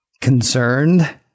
concerned